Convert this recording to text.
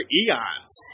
eons